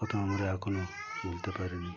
কথা আমরা এখনও ভুলতে পারিনি